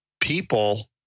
people